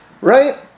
right